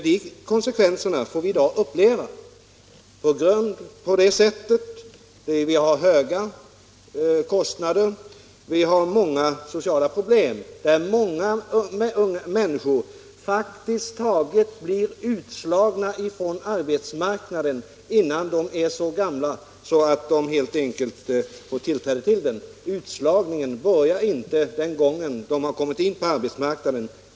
De konsekvenserna får vi i dag uppleva på det sättet att vi har höga kostnader och många sociala problem. Unga människor blir utslagna från arbetsmarknaden praktiskt taget innan de är så gamla att de har börjat arbeta. Utslagningen börjar redan i deras koltålder.